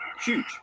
huge